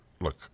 look